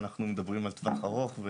ואנחנו מדברים על טווח ארוך,